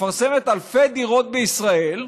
מפרסמת אלפי דירות בישראל,